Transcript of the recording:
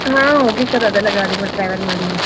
ಹಾಂ ಹೋಗೀವಿ ಸರ್ ಅದೆಲ್ಲ ಗಾಡಿ ಮೇಲೆ ಟ್ರ್ಯಾವೆಲ್ ಮಾಡೀವಿ